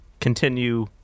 continue